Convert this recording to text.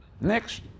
Next